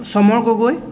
Samar Gogoi